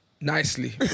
nicely